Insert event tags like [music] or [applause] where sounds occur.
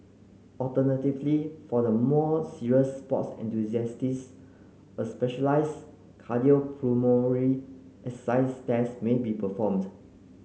alternatively for the more serious sports [unintelligible] a specialised cardiopulmonary exercise test may be performed